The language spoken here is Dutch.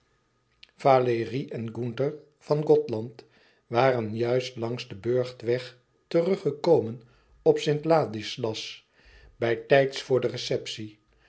valérie en gunther van gothland waren juist langs den burchtweg teruggekomen op t adislas bij tijds voor de receptie